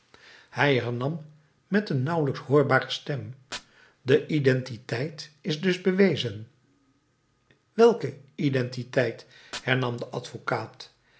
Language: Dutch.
hij hernam met een nauwelijks hoorbare stem de identiteit is dus bewezen welke identiteit hernam de advocaat